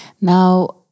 Now